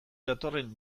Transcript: datorren